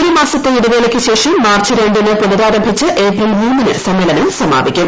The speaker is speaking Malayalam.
ഒരു മാസത്തെ ഇട്ടവേളയ്ക്ക് ശേഷം മാർച്ച് രണ്ടിന് പുനരാരംഭിച്ച് ഏപ്രിൽ മൂന്നു്ന് സ്മ്മേളനം സമാപിക്കും